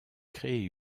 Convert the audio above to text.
créée